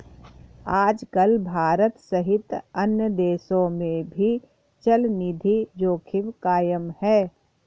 आजकल भारत सहित अन्य देशों में भी चलनिधि जोखिम कायम है